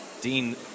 Dean